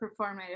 performative